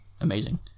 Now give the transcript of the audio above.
amazing